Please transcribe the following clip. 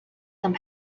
some